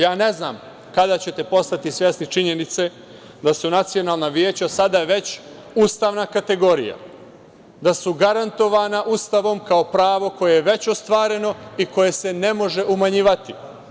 Ja ne znam kada ćete postati svesni činjenice da su nacionalna veća sada već ustavna kategorija, da su garantovana Ustavom kao pravo koje je već ostvareno i koje se ne može umanjivati.